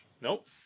Nope